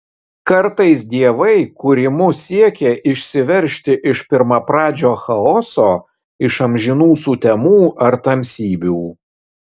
kartais dievai kūrimu siekia išsiveržti iš pirmapradžio chaoso iš amžinų sutemų ar tamsybių